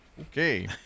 Okay